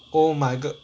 oh my god